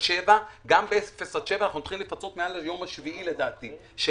ב-0-7 אנחנו הולכים לפצות מעל ליום השביעי לדעתי,